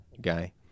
guy